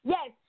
Yes